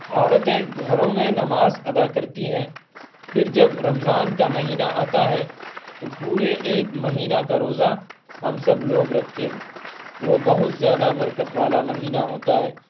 عورتیں گھروں میں نماز ادا کرتی ہیں پھر جب رمضان کا مہینہ آتا ہے تو پورے ایک مہینہ کا روزہ ہم سب لوگ رکھتے ہیں وہ بہت زیادہ برکت والا مہینہ ہوتا ہے